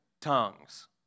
tongues